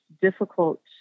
difficult